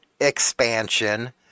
expansion